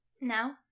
Now